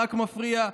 רק מפריע,